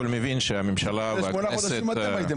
לפני שמונה חודשים אתם הייתם.